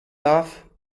darf